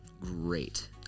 great